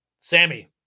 Sammy